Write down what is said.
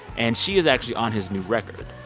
and she is actually on his new record.